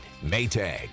Maytag